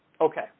Okay